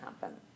happen